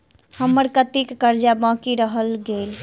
हम्मर कत्तेक कर्जा बाकी रहल गेलइ?